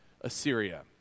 Assyria